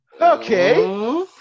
Okay